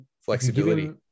Flexibility